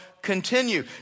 Continue